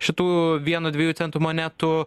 šitų vieno dviejų centų monetų